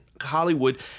Hollywood